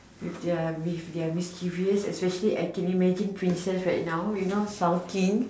with their with their mysterious especially intimidating princess right now you know sulking